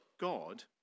God